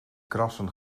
krassen